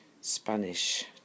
Spanish